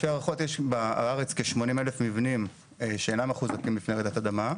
לפי ההערכות יש בארץ כ-80,000 מבנים שאינם מחוזקים בפני רעידת אדמה.